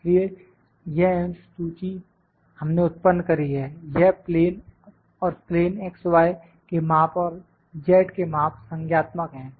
इसलिए यह अंश सूची हमने उत्पन्न करी है यह प्लेन और प्लेन X Y के माप और Z के माप संज्ञात्मक है